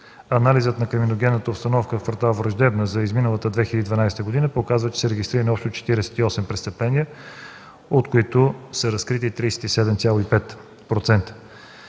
Анализът на криминогенната обстановка в квартал Враждебна за изминалата 2012 г. показа, че са регистрирани общо 48 престъпления, от които са разкрити 37,5%.